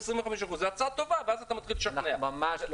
ממש לא,